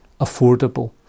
affordable